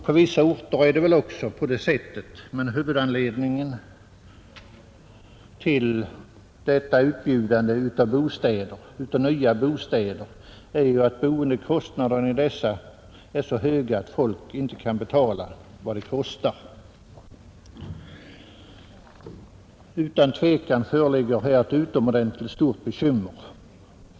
På vissa orter är det väl också på det sättet, men huvudanledningen till detta utbjudande av nya bostäder är att boendekostnaderna är så höga att folk inte kan betala dem. Otvivelaktigt föreligger här ett utomordentligt stort bekymmer.